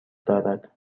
دارد